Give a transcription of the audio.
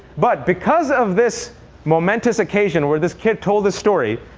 but because of this momentous occasion where this kid told this story,